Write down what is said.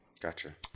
Gotcha